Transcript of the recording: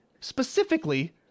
specifically